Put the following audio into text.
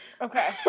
Okay